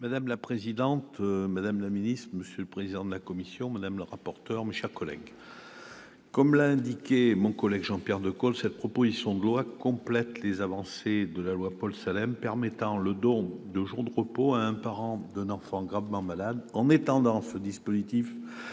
Madame la présidente, madame la secrétaire d'État, monsieur le président de la commission, madame le rapporteur, mes chers collègues, comme l'a indiqué Jean-Pierre Decool, cette proposition de loi complète les avancées de la loi Paul Salen, qui a permis le don de jours de repos à un parent d'un enfant gravement malade. Elle étend ce dispositif